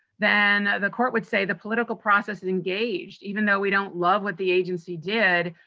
then the court would say the political process is engaged even though we don't love what the agency did,